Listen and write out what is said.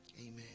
Amen